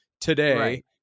today